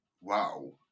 wow